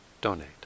donate